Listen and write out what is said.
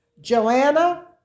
Joanna